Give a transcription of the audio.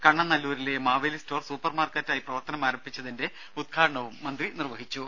കണ്ണനല്ലൂരിലെ Maveli store super മാർക്കറ്റായി പ്രവർത്തനം ആരംഭിച്ചതിന്റെ ഉദ്ഘാടനവും മന്ത്രി നിർവഹിച്ചു